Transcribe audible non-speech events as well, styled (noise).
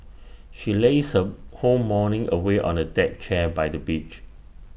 (noise) she lazed her whole morning away on A deck chair by the beach